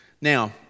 Now